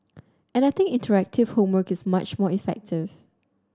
and I think interactive homework is much more effective